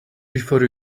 before